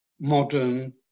modern